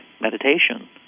meditation